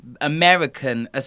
American